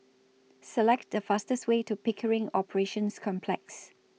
Select The fastest Way to Pickering Operations Complex